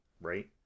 right